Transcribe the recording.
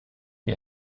wie